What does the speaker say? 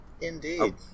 Indeed